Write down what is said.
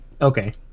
Okay